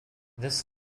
this